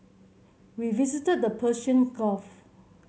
we visited the Persian Gulf